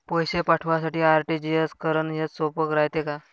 पैसे पाठवासाठी आर.टी.जी.एस करन हेच सोप रायते का?